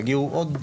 יגיעו עוד.